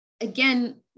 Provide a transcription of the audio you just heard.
again